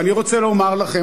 ואני רוצה לומר לכם,